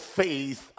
faith